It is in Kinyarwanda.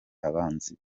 abanzi